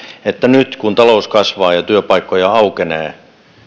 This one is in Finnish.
että nyt kun talous kasvaa ja työpaikkoja aukenee